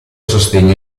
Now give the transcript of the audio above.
sostegno